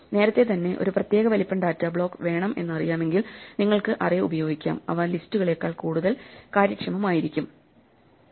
നേരത്തേതന്നെ ഒരു പ്രത്യേക വലിപ്പം ഡാറ്റ ബ്ലോക്ക് വേണം എന്ന് അറിയാമെങ്കിൽ നിങ്ങൾക്ക് അറേ ഉപയോഗിക്കാം അവ ലിസ്റ്റുകളേക്കാൾ കൂടുതൽ കാര്യക്ഷമമായിരിക്കും